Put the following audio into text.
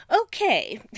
Okay